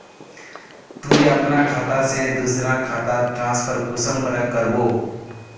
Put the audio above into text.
तुई अपना खाता से दूसरा खातात ट्रांसफर कुंसम करे करबो?